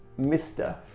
Mr